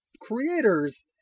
creators